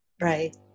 Right